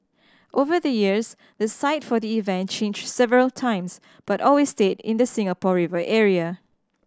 over the years the site for the event changed several times but always stayed in the Singapore River area